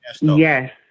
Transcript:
Yes